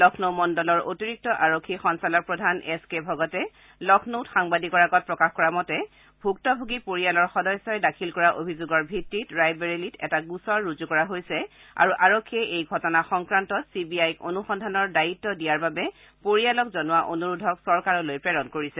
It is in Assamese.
লক্ষ্ণৌ মণ্ডলৰ অতিৰিক্ত আৰক্ষী সঞ্চালক প্ৰধান এছ কে ভাগতে লক্ষ্ণৌত সাংবাদিকৰ আগত প্ৰকাশ কৰা মতে ভুক্তভোগী পৰিয়ালৰ সদস্যই দাখিল কৰা অভিযোগৰ ভিত্তিত ৰায়বেৰেলিত এটা গোচৰ ৰুজু কৰা হৈছে আৰু আৰক্ষীয়ে এই ঘটনা সংক্ৰান্তত চি বি আইক অনুসন্ধানৰ দায়িত্ব দিয়াৰ বাবে পৰিয়ালৰ জনোৱা অনুৰোধক চৰকাৰলৈ প্ৰেৰণ কৰিছে